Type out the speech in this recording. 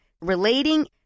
relating